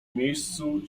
miejscu